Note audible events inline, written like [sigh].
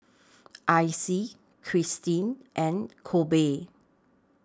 [noise] Icy Kirstin and Kolby